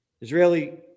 Israeli